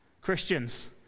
Christians